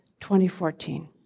2014